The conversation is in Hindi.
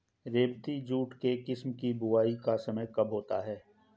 रेबती जूट के किस्म की बुवाई का समय कब होता है?